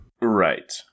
Right